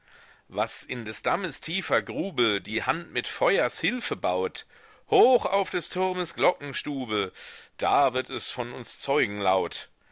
was in des dammes tiefer grube die hand mit feuers hilfe baut hoch auf des turmes glockenstube da wird es von uns zeugen laut